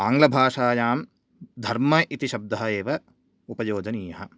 आङ्ग्लभाषायां धर्म इति शब्दः एव उपयोजनीयः